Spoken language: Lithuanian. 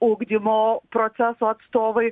ugdymo proceso atstovai